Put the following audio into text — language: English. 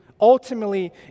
Ultimately